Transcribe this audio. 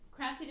Crafted